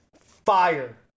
fire